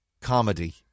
comedy